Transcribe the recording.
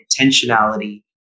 intentionality